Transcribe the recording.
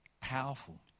Powerful